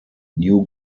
new